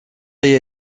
est